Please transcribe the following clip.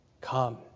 come